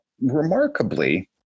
remarkably